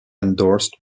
endorsed